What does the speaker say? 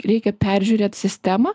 reikia peržiūrėt sistemą